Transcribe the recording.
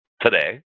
today